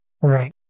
right